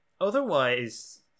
otherwise